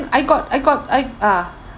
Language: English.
I got I got I ah